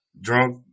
drunk